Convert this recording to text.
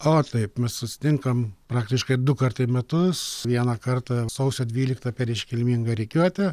o taip mes susitinkam praktiškai dukart į metus vieną kartą sausio dvyliktą per iškilmingą rikiuotę